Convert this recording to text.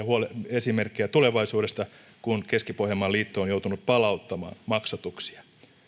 esimerkkiä tulevaisuudesta kun keski pohjanmaan liitto on joutunut palauttamaan maksatuksia